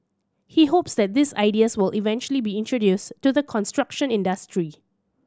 he hopes that these ideas will eventually be introduced to the construction industry